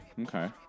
Okay